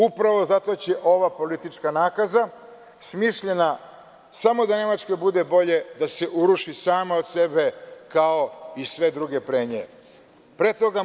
Upravo zato će ova politička nakaza, smišljena samo da Nemačkoj bude bolje, da se uruši sama od sebe, kao i sve druge pre nje.